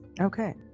Okay